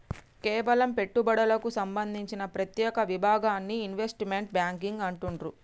కేవలం పెట్టుబడులకు సంబంధించిన ప్రత్యేక విభాగాన్ని ఇన్వెస్ట్మెంట్ బ్యేంకింగ్ అంటుండ్రు